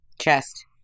Chest